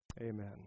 Amen